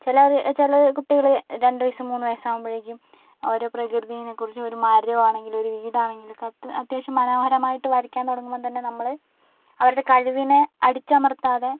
ചി ല അത് ചില കുട്ടികൾ രണ്ടു വയസ്സ് മൂന്ന് വയസ്സ് ആകുമ്പോഴേക്കും അവർ പ്രകൃതിയെക്കുറിച്ച് ഒരു മരം ആണെങ്കിലും ഒരു വീട് ആണെങ്കിലും ഒക്കെ അത്യാവശ്യം മനോഹരമായിട്ട് വരയ്ക്കാൻ തുടങ്ങുമ്പം തന്നെ നമ്മൾ അവരുടെ കഴിവിനെ അടിച്ചമർത്താതെ